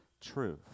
truth